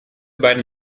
beiden